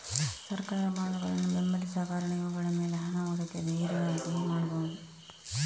ಸರ್ಕಾರ ಬಾಂಡುಗಳನ್ನ ಬೆಂಬಲಿಸುವ ಕಾರಣ ಇವುಗಳ ಮೇಲೆ ಹಣ ಹೂಡಿಕೆ ಧೈರ್ಯವಾಗಿ ಮಾಡ್ಬಹುದು